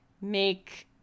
make